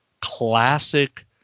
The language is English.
classic